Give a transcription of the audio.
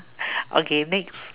okay next